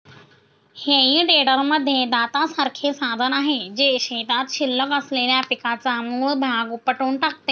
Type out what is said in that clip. हेई टेडरमध्ये दातासारखे साधन आहे, जे शेतात शिल्लक असलेल्या पिकाचा मूळ भाग उपटून टाकते